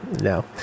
no